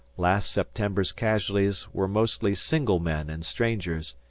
last september's casualties were mostly single men and strangers,